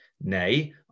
Nay